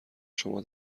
شما